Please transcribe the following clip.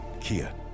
Kia